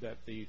that the